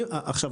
עכשיו,